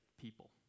people